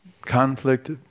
conflict